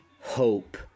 hope